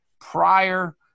prior